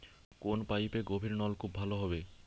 কোন পাইপে গভিরনলকুপ ভালো হবে?